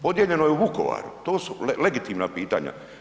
Podijeljeno je u Vukovaru, to su legitimna pitanja.